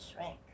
shrink